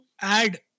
add